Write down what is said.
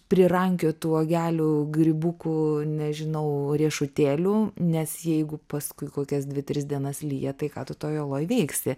prirankiotų uogelių grybukų nežinau riešutėlių nes jeigu paskui kokias dvi tris dienas lyja tai ką tu toj oloj veiksi